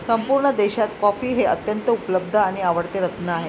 संपूर्ण देशात कॉफी हे अत्यंत उपलब्ध आणि आवडते रत्न आहे